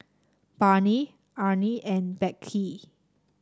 Barney Arne and Beckett